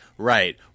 Right